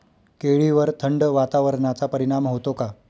केळीवर थंड वातावरणाचा परिणाम होतो का?